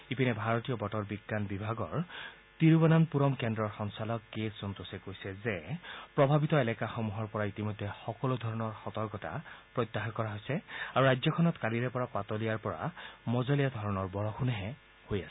ইপিনে ভাৰতীয় বতৰ বিভাগৰ তিৰুৱনন্তপুৰম কেন্দ্ৰৰ সঞ্চালক কে সন্তোষে কৈছে যে প্ৰভাৱিত এলেকাসমূহৰ পৰা ইতিমেধ্য সকলোধৰণৰ সতৰ্কতা প্ৰত্যাহাৰ কৰা হৈছে আৰু ৰাজ্যখনত কালিৰে পৰা পাতলীয়াৰ পৰা মজলীয়া ধৰণৰ বৰষূণহে হৈ আছে